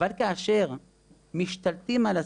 אבל כאשר משתלטים על השיח,